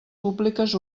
públiques